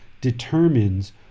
determines